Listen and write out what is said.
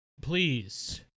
Please